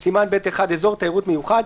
לחוק העיקרי יבוא: "סימן ב'1: אזור תיירות מיוחד,